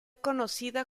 conocida